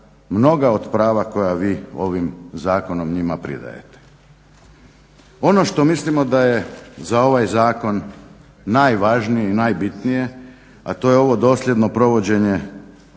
mnoga od prava koja vi ovim zakonom njima pridajete. Ono što mislimo da je za ovaj zakon najvažnije i najbitnije a to je ovo dosljedno provođenje